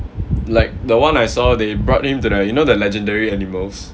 like the one I saw they brought him to the you know the legendary animals